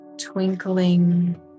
twinkling